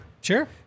Sure